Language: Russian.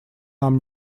нам